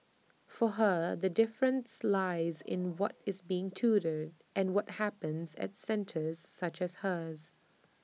for her the difference lies in what is being tutored and what happens at centres such as hers